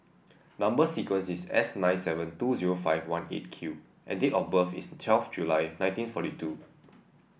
number sequence is S nine seven two zero five one Eight Q and date of birth is twelfth July nineteen forty two